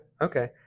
Okay